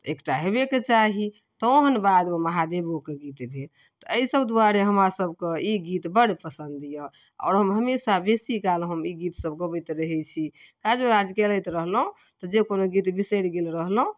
एकटा हेबेके चाही तहन बादमे महादेबोके गीत भेल तऽ अइ सब दुआरे हमरा सबके ई गीत बड़ पसन्द यऽ आओर हम हमेशा बेसी काल हम ई गीत सब गबैत रहै छी काजो राज करैत रहलहुँ तऽ जे कोनो गीत बिसरि गेल रहलहुँ